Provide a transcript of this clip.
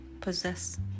possess